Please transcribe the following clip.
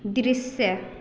दृश्य